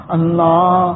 Allah